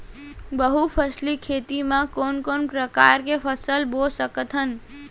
बहुफसली खेती मा कोन कोन प्रकार के फसल बो सकत हन?